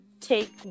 take